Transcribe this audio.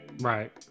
right